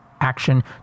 action